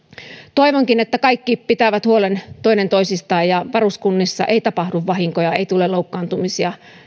toivonkin että kaikki pitävät huolen toinen toisistaan ja varuskunnissa ei tapahdu vahinkoja ei tule loukkaantumisia